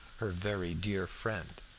her very dear friend.